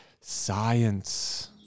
science